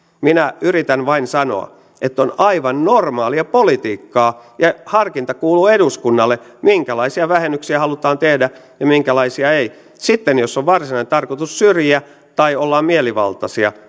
minä yritän vain sanoa että on aivan normaalia politiikkaa ja harkinta kuuluu eduskunnalle minkälaisia vähennyksiä halutaan tehdä ja minkälaisia ei sitten jos on varsinainen tarkoitus syrjiä tai olla mielivaltaisia